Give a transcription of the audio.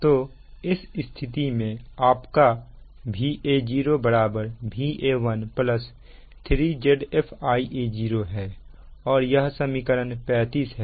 तो इस स्थिति में आपका Va0 Va1 3 Zf Ia0 है और यह समीकरण 35 है